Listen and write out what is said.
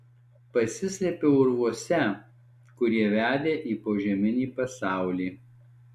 pasislėpiau urvuose kurie vedė į požeminį pasaulį